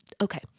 Okay